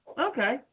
Okay